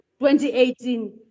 2018